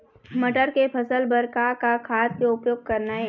मटर के फसल बर का का खाद के उपयोग करना ये?